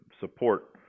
support